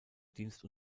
dienst